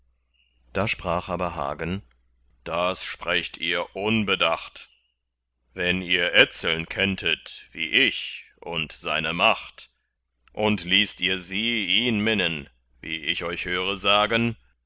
da sprach aber hagen das sprecht ihr unbedacht wenn ihr etzeln kenntet wie ich und seine macht und ließt ihr sie ihn minnen wie ich euch höre sagen